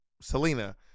Selena